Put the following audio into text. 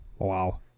Wow